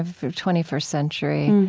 ah twenty first century,